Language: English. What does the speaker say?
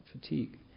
fatigue